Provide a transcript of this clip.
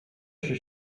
się